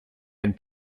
and